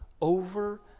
over